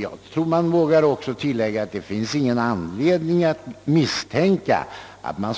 Jag tror mig våga tillägga att det inte finns någon anledning att misstänka att man